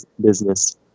business